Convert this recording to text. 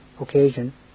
occasion